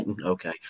okay